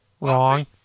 wrong